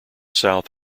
south